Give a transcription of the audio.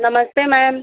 नमस्ते मैम